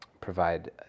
provide